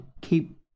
keep